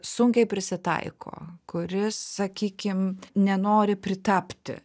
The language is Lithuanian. sunkiai prisitaiko kuris sakykim nenori pritapti